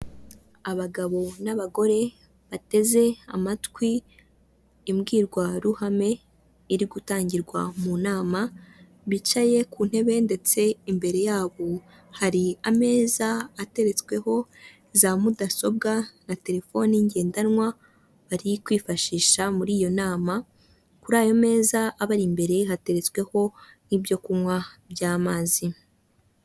Abagabo n'abagore bateze amatwi imbwirwaruhame iri gutangirwa mu nama bicaye ku ntebe ndetse imbere yabo hari ameza ateretsweho za mudasobwa na telefoni ngendanwa ari kwifashisha muri iyo nama, kuri ayo meza aba imbere hateretsweho nk'ibyo kunywa by'amazi.